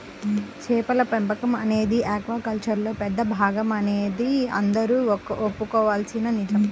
చేపల పెంపకం అనేది ఆక్వాకల్చర్లో పెద్ద భాగమనేది అందరూ ఒప్పుకోవలసిన నిజం